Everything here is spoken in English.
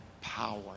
power